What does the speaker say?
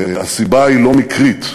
והסיבה לא מקרית.